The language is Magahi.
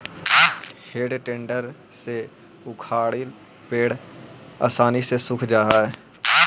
हेइ टेडर से उखाड़ल पेड़ आसानी से सूख जा हई